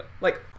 Like-